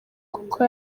kuko